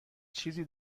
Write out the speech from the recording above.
چیزی